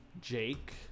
Jake